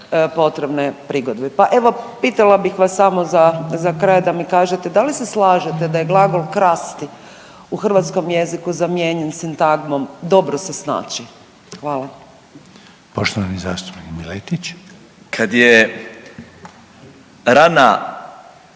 potrebne prigodbe. Pa evo pitala bih vas samo za, za kraj da mi kažete da li se slažete da je glagol krasti u hrvatskom jeziku zamijenjen sintagmom dobro se snaći. Hvala. **Reiner, Željko